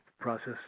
process